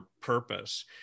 purpose